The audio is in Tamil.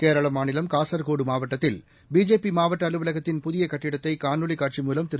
கேரளா மாநிலம் காசர்கோடு மாவட்டத்தில் பிஜேபி மாவட்ட அலுவலகத்தின் புதிய கட்டடத்தை காணொலி காட்சி மூலம் திரு